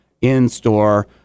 in-store